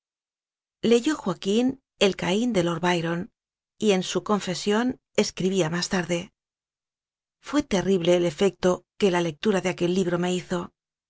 mleyó joaquín el caín de lord byron y en su confesión escribía más tarde fué terrible el efecto que la lectura de iquel libróme hizo